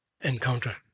encounter